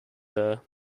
there